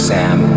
Sam